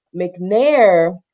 McNair